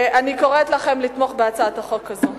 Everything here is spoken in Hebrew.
אני קוראת לכם לתמוך בהצעת החוק הזאת,